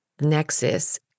nexus